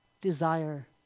desire